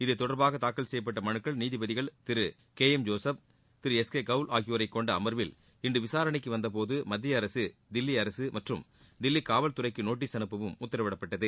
இது தொடர்பாக தாக்கல் செய்யப்பட்ட மனுக்கள் நீதிபதிகள் திரு கே எம் ஜோசப் திரு எஸ் கே கவுல் ஆகியோர் கொண்ட அமர்வில் இன்று விசாரணைக்கு வந்தபோது மத்திய அரசு தில்லி அரசு மற்றும் தில்லி காவல் துறைக்கு நோட்டீஸ் அனுப்பவும் உத்தரவிடப்பட்டது